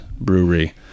Brewery